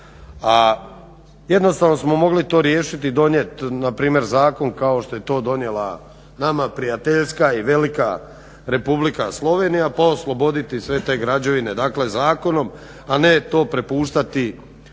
jednostavno smo mogli to riješit i donijet npr. zakon kao što je to donijela nama prijateljska i velika Republika Slovenija pa osloboditi sve te građevine dakle zakonom, a ne to prepuštati iako